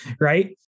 Right